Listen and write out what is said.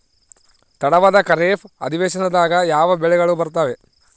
ತಡವಾದ ಖಾರೇಫ್ ಅಧಿವೇಶನದಾಗ ಯಾವ ಬೆಳೆಗಳು ಬರ್ತಾವೆ?